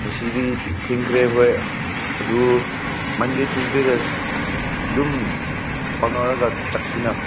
ꯉꯁꯤꯗꯤ ꯊꯤꯡꯈ꯭ꯔꯦ ꯍꯣꯏ ꯑꯗꯨ ꯃꯟꯗꯦ ꯇ꯭ꯌꯨꯁꯗꯦꯗ ꯑꯗꯨꯝ ꯍꯧꯅꯔꯒ ꯆꯠꯁꯤꯅ